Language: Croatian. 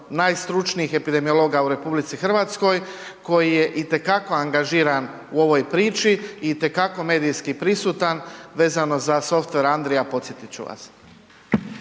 najstručnijih epidemiologa u RH koji je itekako angažiran u ovoj priči i itekako medijski prisutan vezano uz softver „Andrija“ podsjetit ću vas.